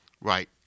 Right